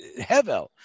hevel